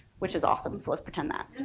which is awesome so let's pretend that